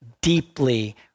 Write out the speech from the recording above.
deeply